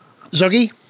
Zoggy